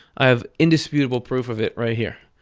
i have indisputable proof of it right here.